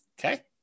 Okay